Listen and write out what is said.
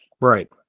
Right